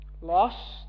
Lost